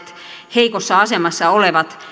heikossa asemassa olevat